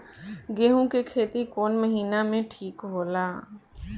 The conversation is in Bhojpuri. गेहूं के खेती कौन महीना में ठीक होला?